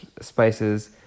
spices